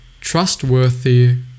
trustworthy